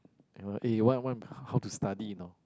you know eh what I'm what I'm how to study you know